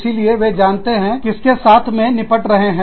इसीलिए वे जानते हैं वे किसके साथ में निपट रहे हैं